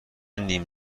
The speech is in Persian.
نیم